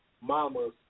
mamas